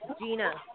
Gina